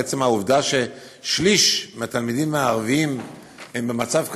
עצם העובדה ששליש מהתלמידים הערבים הם במצב כזה,